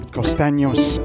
Costaños